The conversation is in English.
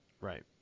Right